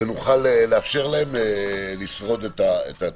ונוכל לאפשר להם לשרוד את התקופה.